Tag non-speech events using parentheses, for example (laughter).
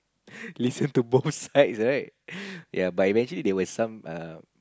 (breath) listen to both sides right (laughs) ya but I imagine there were some err